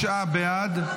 49 בעד,